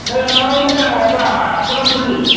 नै माबा मोनबाय आङो माबा खदमथ'लि